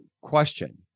question